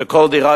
וכל דירה,